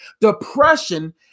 Depression